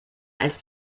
als